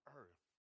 earth